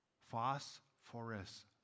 phosphorus